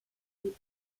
sie